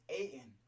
Aiden